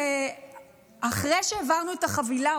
אחרי שהעברנו את החבילה,